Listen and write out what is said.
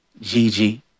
Gigi